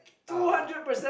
uh